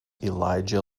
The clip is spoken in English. elijah